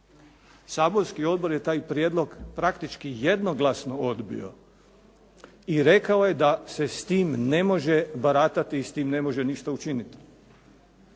Saborski odbor je taj prijedlog praktički jednoglasno odbio i rekao je da se s tim ne može baratati i s tim ne može ništa učiniti.